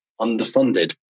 underfunded